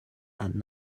had